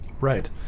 Right